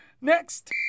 next